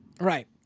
right